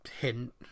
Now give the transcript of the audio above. hint